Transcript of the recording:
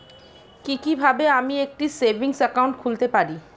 কি কিভাবে আমি একটি সেভিংস একাউন্ট খুলতে পারি?